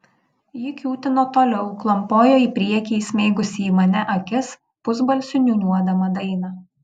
ji kiūtino toliau klampojo į priekį įsmeigusi į mane akis pusbalsiu niūniuodama dainą